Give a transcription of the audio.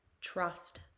trust